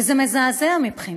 וזה מזעזע מבחינתי.